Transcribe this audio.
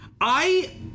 I-